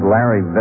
Larry